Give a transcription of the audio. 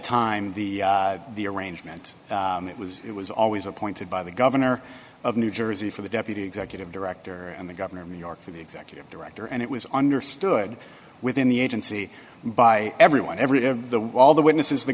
time the the arrangement it was it was always appointed by the governor of new jersey for the deputy executive director and the governor of new york for the executive director and it was understood within the agency by everyone every day of the all the witnesses the